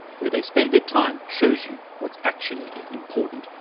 where they spend their time shows you what's actually important.